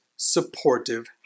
supportive